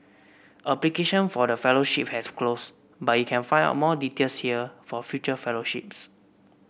application for the fellowship has closed but you can find out more details here for future fellowships